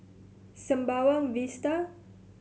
Sembawang Vista